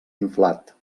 inflat